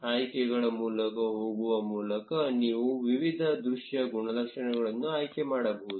ಆಯ್ಕೆಗಳ ಮೂಲಕ ಹೋಗುವ ಮೂಲಕ ನೀವು ವಿವಿಧ ದೃಶ್ಯ ಗುಣಲಕ್ಷಣಗಳನ್ನು ಆಯ್ಕೆ ಮಾಡಬಹುದು